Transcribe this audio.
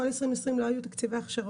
כל 2020 לא היו תקציבי הכשרה